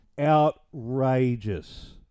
Outrageous